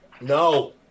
No